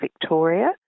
Victoria